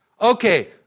Okay